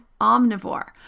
omnivore